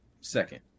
Second